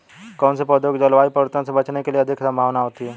कौन से पौधे को जलवायु परिवर्तन से बचने की सबसे अधिक संभावना होती है?